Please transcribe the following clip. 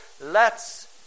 lets